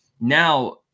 now